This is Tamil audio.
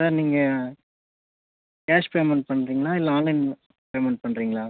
சார் நீங்கள் கேஷ் பேமெண்ட் பண்ணுறீங்களா இல்லை ஆன்லைன் பேமெண்ட் பண்ணுறீங்களா